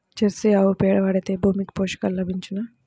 Jersey ఆవు పేడ వాడితే భూమికి పోషకాలు లభించునా?